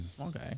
Okay